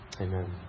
Amen